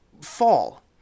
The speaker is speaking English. fall